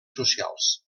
socials